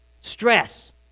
Stress